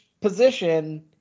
position